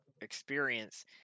experience